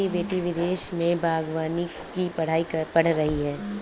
मेरी बेटी विदेश में बागवानी की पढ़ाई पढ़ रही है